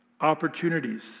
opportunities